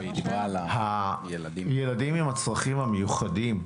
הילדים עם הצרכים המיוחדים,